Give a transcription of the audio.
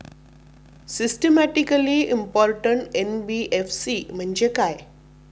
Systematically important NBFC म्हणजे काय?